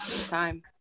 time